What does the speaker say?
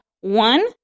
one